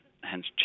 hence